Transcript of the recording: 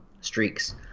streaks